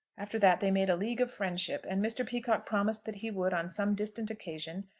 after that they made a league of friendship, and mr. peacocke promised that he would, on some distant occasion,